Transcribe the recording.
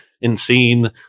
insane